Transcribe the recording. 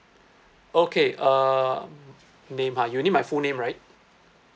okay uh name ha you need my full name right